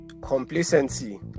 Complacency